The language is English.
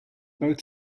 both